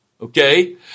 Okay